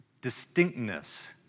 distinctness